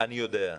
אני יודע.